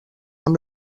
amb